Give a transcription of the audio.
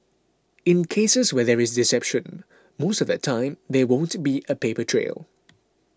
in cases where there is deception most of the time there won't be a paper trail